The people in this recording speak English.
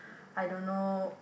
I don't know